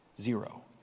Zero